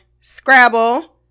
Scrabble